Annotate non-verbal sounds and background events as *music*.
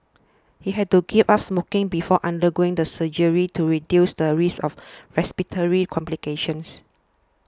he had to give up smoking before undergoing the surgery to reduce the risk of *noise* respiratory complications